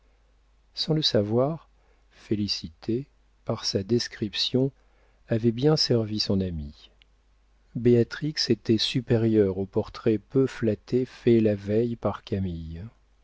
sans le savoir félicité par sa description avait bien servi son amie béatrix était supérieure au portrait peu flatté fait la veille par camille